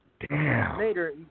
Later